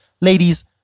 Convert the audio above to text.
ladies